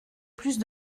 plus